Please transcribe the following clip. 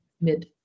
mid